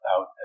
out